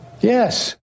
Yes